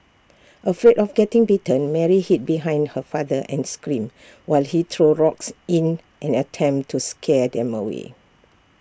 afraid of getting bitten Mary hid behind her father and screamed while he threw rocks in an attempt to scare them away